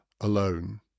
alone